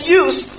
use